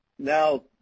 Now